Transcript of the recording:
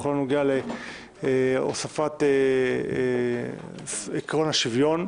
בכל הנוגע להוספת עיקרון השוויון.